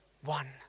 one